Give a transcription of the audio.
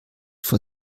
vor